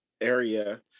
area